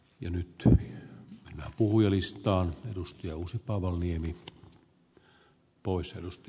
jo nyt hakkuujäljistä on tarvitaan arvoisa puhemies